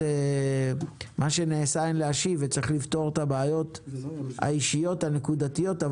מה שנעשה אין להשיב וצריך לפתור את הבעיות האישיות הנקודתיות,